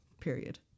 Period